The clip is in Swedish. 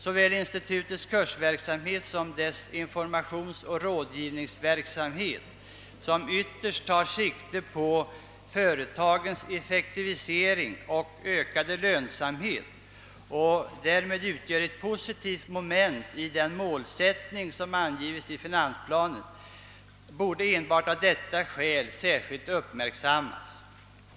Såväl institutets kursverksamhet som dess informationsoch rådgivningsverksamhet, som ytterst tar sikte på företagens effektivisering och ökade lönsamhet och därmed utgör ett positivt moment i den målsättning som angivits i finansplanen, borde enbart av detta skäl särskilt uppmärksammas.